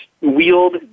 wield